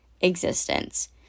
existence